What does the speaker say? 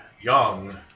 young